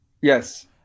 Yes